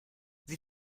sie